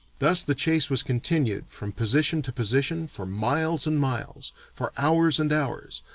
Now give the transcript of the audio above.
thus the chase was continued, from position to position, for miles and miles, for hours and hours,